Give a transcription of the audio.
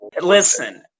Listen